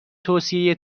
توصیه